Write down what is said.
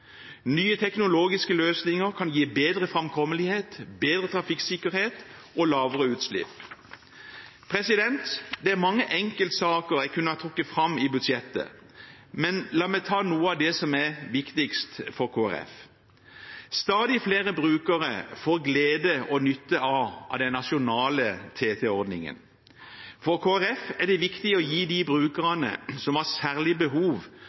Nye teknologiske løsninger kan gi bedre framkommelighet, bedre trafikksikkerhet og lavere utslipp. Det er mange enkeltsaker jeg kunne trukket fram i budsjettet. Men la meg ta noe av det som er viktigst for Kristelig Folkeparti. Stadig flere brukere får glede og nytte av den nasjonale TT-ordningen. For Kristelig Folkeparti er det viktig å gi de brukerne som har særlig behov